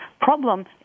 problem